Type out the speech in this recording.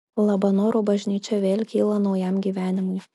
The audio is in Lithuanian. labanoro bažnyčia vėl kyla naujam gyvenimui